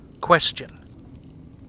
Question